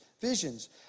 visions